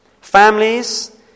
families